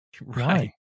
Right